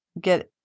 get